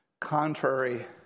contrary